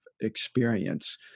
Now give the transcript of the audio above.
experience